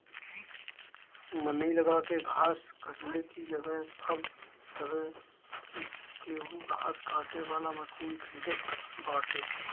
मनई लगा के घास कटले की जगही अब सभे केहू घास काटे वाला मशीन खरीदत बाटे